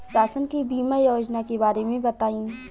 शासन के बीमा योजना के बारे में बताईं?